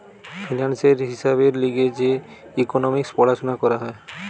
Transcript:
ফিন্যান্সের হিসাবের লিগে যে ইকোনোমিক্স পড়াশুনা করা হয়